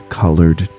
colored